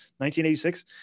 1986